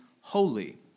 holy